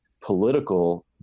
political